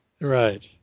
Right